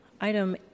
item